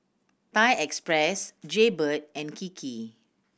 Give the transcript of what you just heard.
Thai Express Jaybird and Kiki